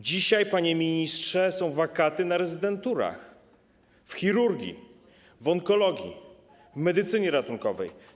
Dzisiaj, panie ministrze, są wakaty na rezydenturach w chirurgii, w onkologii, w medycynie ratunkowej.